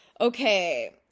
Okay